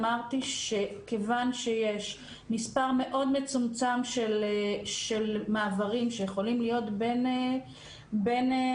אמרתי שכיוון שיש מספר מאוד מצומצם של מעברים שיכולים להיות בין קבוצות,